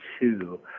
two